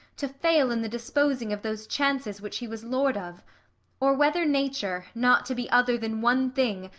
to fail in the disposing of those chances which he was lord of or whether nature, not to be other than one thing,